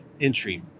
entry